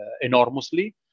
enormously